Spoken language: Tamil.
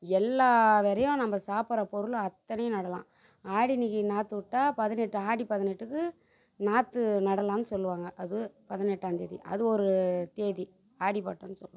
எல்லா வெதையும் நம்ம சாப்பிட்ற பொருள் அத்தனையும் நடலாம் ஆடின்றைக்கி நாற்றுவுட்டா பதினெட்டு ஆடி பதினெட்டுக்கு நாற்று நடலான்னு சொல்லுவாங்க அது பதினெட்டாம் தேதி அது ஒரு தேதி ஆடி பட்டோன்னு சொல்லுவோம்